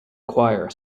choir